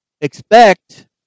Expect